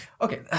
okay